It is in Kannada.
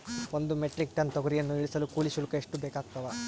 ಒಂದು ಮೆಟ್ರಿಕ್ ಟನ್ ತೊಗರಿಯನ್ನು ಇಳಿಸಲು ಕೂಲಿ ಶುಲ್ಕ ಎಷ್ಟು ಬೇಕಾಗತದಾ?